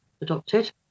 adopted